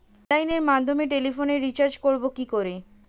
অনলাইনের মাধ্যমে টেলিফোনে রিচার্জ করব কি করে?